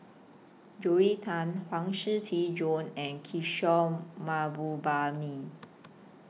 Joel Tan Huang Shiqi Joan and Kishore Mahbubani